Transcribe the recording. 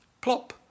Plop